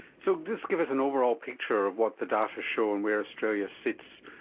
so just give us an overall picture of what the data show and where australia sits,